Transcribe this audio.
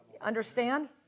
Understand